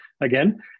again